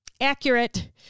Accurate